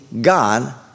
God